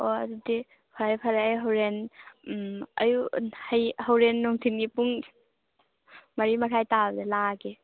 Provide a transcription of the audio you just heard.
ꯑꯣ ꯑꯗꯨꯗꯤ ꯐꯔꯦ ꯐꯔꯦ ꯑꯩ ꯍꯣꯔꯦꯟ ꯑꯌꯨꯛ ꯍꯣꯔꯦꯟ ꯅꯨꯡꯊꯤꯟꯒꯤ ꯄꯨꯡ ꯃꯔꯤ ꯃꯈꯥꯏ ꯇꯥꯕꯗ ꯂꯥꯛꯑꯒꯦ